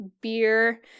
beer